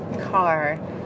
car